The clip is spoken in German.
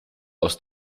aus